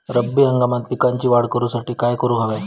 रब्बी हंगामात पिकांची वाढ करूसाठी काय करून हव्या?